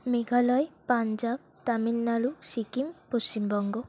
Meghalaya Punjab Tamil Nadu Sikkim Paschimbanga